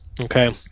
Okay